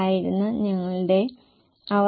1 X 1